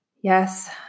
Yes